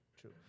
True